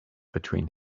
between